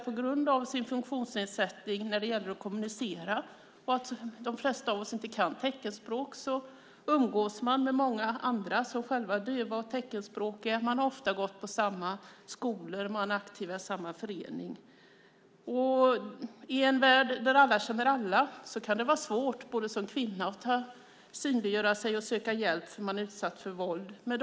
På grund av funktionsnedsättningen vad gäller att kommunicera, och eftersom de flesta av oss inte kan teckenspråk, umgås dessa kvinnor med andra som är döva och teckenspråkiga. De har ofta gått i samma skolor och är aktiva i samma föreningar. I en värld där alla känner alla kan det vara svårt, särskilt som kvinna, att synliggöra sig och söka hjälp när man är utsatt för våld.